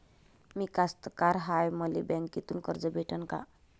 मी कास्तकार हाय, मले बँकेतून कर्ज भेटन का?